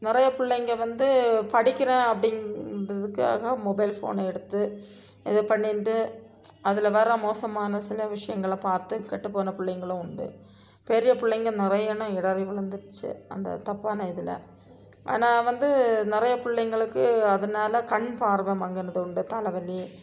நிறைய பிள்ளைங்க வந்து படிக்கிறேன் அப்படின்றதுக்காக மொபைல் ஃபோனை எடுத்து ஏதோ பண்ணிட்டு அதில் வர மோசமான சில விஷியங்களை பார்த்து கெட்டுப்போன பிள்ளைங்களும் உண்டு பெரிய பிள்ளைங்க நிறைய ஆனால் இடறி விழுந்துட்ச்சி அந்த தப்பான இதில் ஆனால் வந்து நிறைய பிள்ளைங்களுக்கு அதனால் கண் பார்வை மங்குனது உண்டு தலைவலி